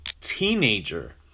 teenager